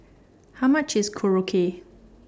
How much IS Korokke